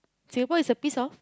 sable is a piece of